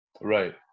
right